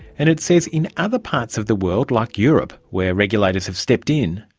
and it says in other parts of the world, like europe, where regulators have stepped in,